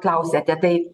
klausiate tai